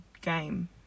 game